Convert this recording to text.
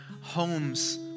homes